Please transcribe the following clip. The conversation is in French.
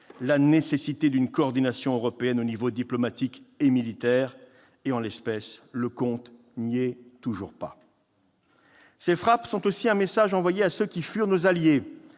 la nécessité d'une coordination européenne aux niveaux diplomatique et militaire. En l'occurrence, le compte n'y est toujours pas. Ces frappes sont aussi un message envoyé à ceux qui furent nos alliés